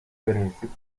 بنویسید